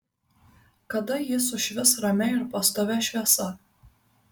kada ji sušvis ramia ir pastovia šviesa